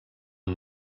amb